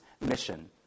mission